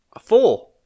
Four